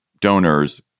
donors